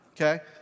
Okay